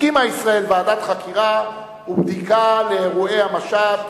הקימה ישראל ועדת חקירה ובדיקה לאירועי המשט,